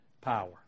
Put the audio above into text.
power